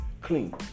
clean